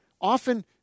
often